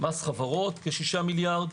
מס חברות כ-6 מיליארד.